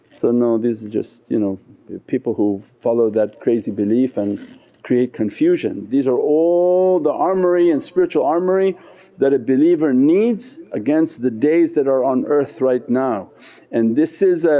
so no, this is just you know people who follow that crazy belief and create confusion. these are all the armoury and spiritual armoury that a believer needs against the days that are on earth right now and this is ah.